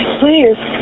please